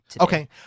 Okay